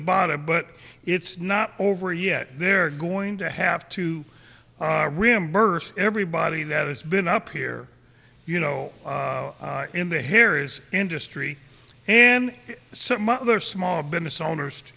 about it but it's not over yet they're going to have to reimburse everybody that has been up here you know in the harriers industry and some other small business owners